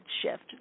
shift